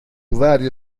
vari